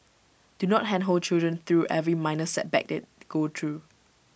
do not handhold children through every minor setback they go through